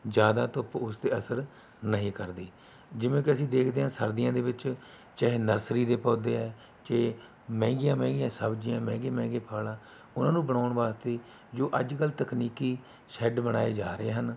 ਜ਼ਿਆਦਾ ਧੁੱਪ ਉਸ 'ਤੇ ਅਸਰ ਨਹੀਂ ਕਰਦੀ ਜਿਵੇਂ ਕਿ ਅਸੀਂ ਦੇਖਦੇ ਹਾਂ ਸਰਦੀਆਂ ਦੇ ਵਿੱਚ ਚਾਹੇ ਨਰਸਰੀ ਦੇ ਪੌਦੇ ਹੈ ਚਾਹੇ ਮਹਿੰਗੀਆਂ ਮਹਿੰਗੀਆਂ ਸਬਜੀਆਂ ਮਹਿੰਗੇ ਮਹਿੰਗੇ ਫਲ ਉਹਨਾ ਨੂੰ ਬਣਾਉਣ ਵਾਸਤੇ ਜੋ ਅੱਜ ਕੱਲ੍ਹ ਤਕਨੀਕੀ ਸ਼ੈੱਡ ਬਣਾਏ ਜਾ ਰਹੇ ਹਨ